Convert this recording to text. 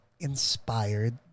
Inspired